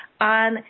on